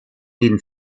den